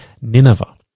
Nineveh